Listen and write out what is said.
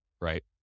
right